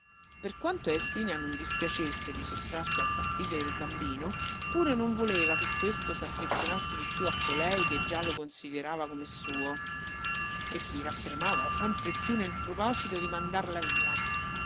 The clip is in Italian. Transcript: per quanto a ersilia non dispiacesse di sottrarsi al fastidio del bambino pure non voleva che questo s'affezionasse di più a colei che già lo considerava come suo e si raffermava sempre più nel proposito di mandarla via